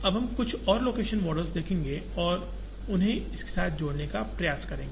अब हम कुछ और लोकेशन मॉडल्स देखेंगे और उन्हें इसके साथ जोड़ने का प्रयास करेंगे